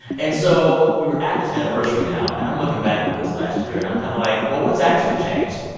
and so we're at this anniversary now, and i'm looking back over this last year, and i'm kind of like, well, what's actually changed?